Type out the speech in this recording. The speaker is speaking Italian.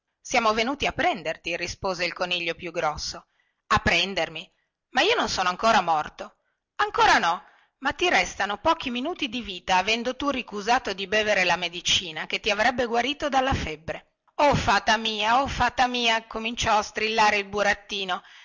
siamo venuti a prenderti rispose il coniglio più grosso a prendermi ma io non sono ancora morto ancora no ma ti restano pochi minuti di vita avendo tu ricusato di bevere la medicina che ti avrebbe guarito dalla febbre o fata o fata mia cominciò allora a strillare il burattino